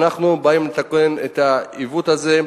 ואנחנו באים לתקן את העיוות הזה.